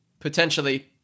potentially